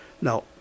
Now